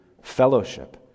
fellowship